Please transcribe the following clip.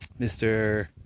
Mr